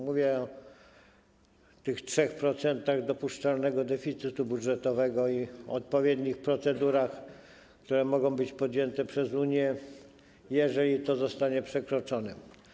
Mówię o tych 3% dopuszczalnego deficytu budżetowego i odpowiednich procedurach, które mogą być podjęte przez Unię, jeżeli to zostanie przekroczone.